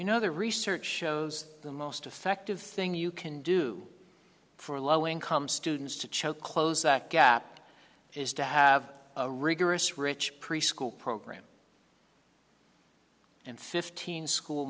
you know the research shows the most effective thing you can do for low income students to choke close that gap is to have a rigorous rich preschool program and fifteen school